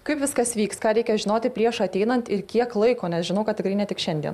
kaip viskas vyks ką reikia žinoti prieš ateinant ir kiek laiko nes žinau kad tikrai ne tik šiandien